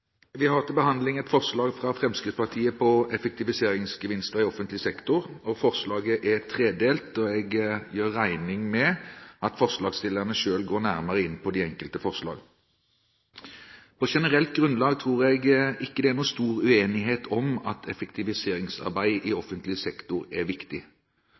Vi har til behandling et forslag fra Fremskrittspartiet om effektiviseringsgevinster i offentlig sektor. Forslaget er tredelt, og jeg regner med at forslagsstillerne selv går nærmere inn på de enkelte forslag. På generelt grunnlag tror jeg ikke det er stor uenighet om at effektiviseringsarbeid i offentlig sektor er viktig.